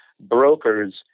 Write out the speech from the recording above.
brokers